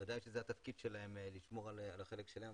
בוודאי שהתפקיד שלהם לשמור על החלק שלהם,